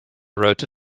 wrote